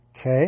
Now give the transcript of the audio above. Okay